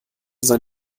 sein